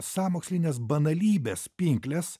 sąmokslininkės banalybės pinkles